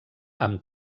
amb